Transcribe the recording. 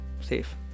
safe